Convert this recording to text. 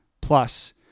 plus